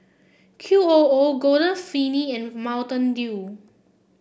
Q O O Golden Peony and Mountain Dew